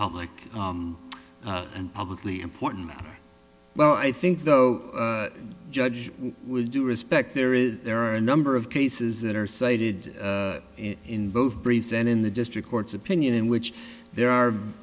public and obviously important well i think though judge will do respect there is there are a number of cases that are cited in both briefs and in the district court's opinion in which there are